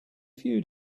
few